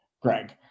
Greg